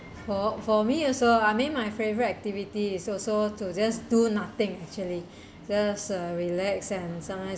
for for me also I mean my favorite activity is also to just do nothing actually there is a relax and sometimes